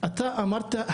אתה אמרת,